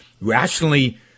rationally